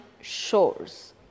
shores